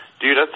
Dude